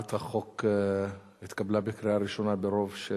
הצעת החוק התקבלה בקריאה ראשונה ברוב של